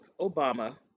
Obama